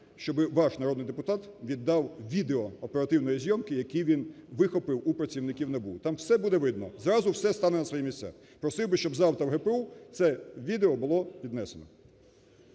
щоби ваш народний депутат віддав відео оперативної зйомки, яке він вихопив у працівників НАБУ, там все буде видно, зразу все стане на свої місця, просив би, щоб завтра в ГПУ, це відео було віднесено.